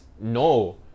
No